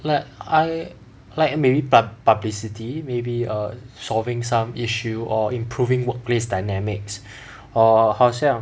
like I like maybe pub~ publicity maybe err solving some issue or improving workplace dynamics or 好像